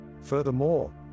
Furthermore